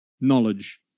knowledge